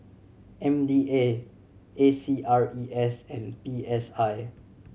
M D A A C R E S and P S I